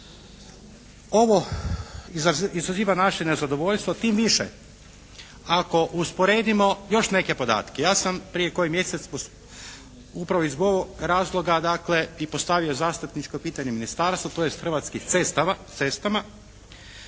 Ovo izaziva naše nezadovoljstvo tim više ako usporedimo još neke podatke. Ja sam prije koji mjesec upravo iz ovog razloga dakle i postavio zastupničko pitanje ministarstvu, tj. Hrvatskim cestama